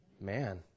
man